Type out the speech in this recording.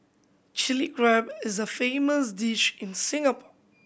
Chilli Crab is a famous dish in Singapore